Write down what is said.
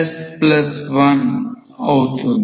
y0Ly2s1 అవుతుంది